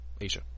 Asia